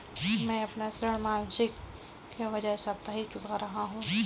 मैं अपना ऋण मासिक के बजाय साप्ताहिक चुका रहा हूँ